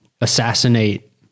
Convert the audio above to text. assassinate